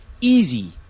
easy